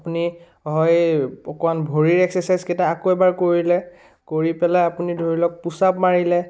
আপুনি হয় অকণমান ভৰী একচাৰ্চাইজকেইটা আকৌ এবাৰ কৰিলে কৰি পেলাই আপুনি ধৰি লওক পুচাপ মাৰিলে